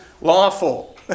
lawful